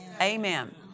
Amen